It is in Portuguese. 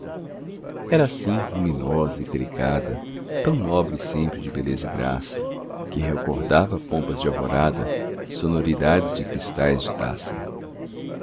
era assim luminosa e delicada tão nobre sempre de beleza e graça que recordava pompas de alvorada sonoridades de cristais de taça